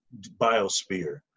biosphere